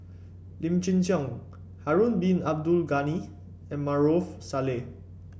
Lim Chin Siong Harun Bin Abdul Ghani and Maarof Salleh